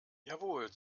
jawohl